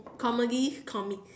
comedies comics